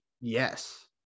Yes